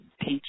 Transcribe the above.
teach